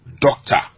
doctor